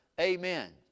Amen